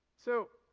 so,